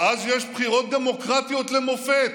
ואז יש בחירות דמוקרטיות למופת,